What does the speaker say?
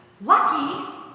lucky